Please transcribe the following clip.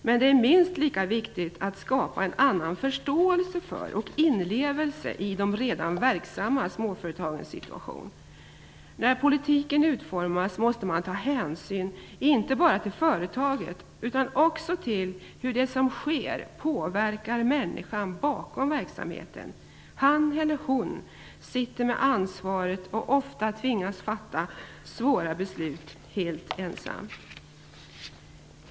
Men det är minst lika viktigt att skapa en annan förståelse för och inlevelse i de redan verksamma småföretagens situation. När politiken utformas måste man ta hänsyn inte bara till företaget utan också till hur det som sker påverkar människan bakom verksamheten. Han eller hon sitter med ansvaret och tvingas ofta fatta svåra beslut helt ensam.